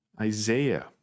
Isaiah